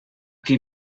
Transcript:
qui